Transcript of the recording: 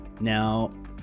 Now